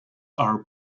are